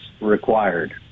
required